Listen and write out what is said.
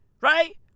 Right